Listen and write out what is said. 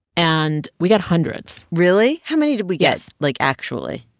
and we got hundreds really? how many did we get, like, actually?